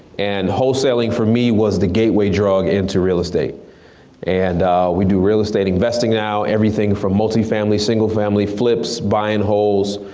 and wholesaling for me was the gateway drug into real estate and we do real estate investing now. everything from multi-families, single family, flips, buy and holds,